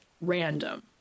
random